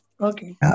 Okay